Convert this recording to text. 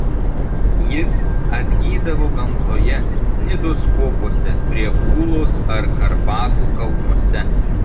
jis atgydavo gamtoje nidos kopose prie ūlos ar karpatų kalnuose